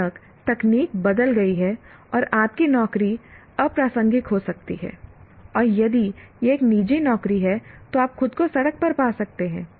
अचानक तकनीक बदल गई है और आपकी नौकरी अप्रासंगिक हो सकती है और यदि यह एक निजी नौकरी है तो आप खुद को सड़क पर पा सकते हैं